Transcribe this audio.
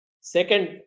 Second